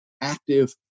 active